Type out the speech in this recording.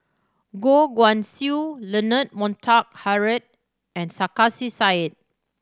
Goh Guan Siew Leonard Montague Harrod and Sarkasi Said